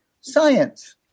science